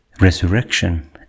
resurrection